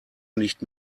nicht